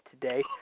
today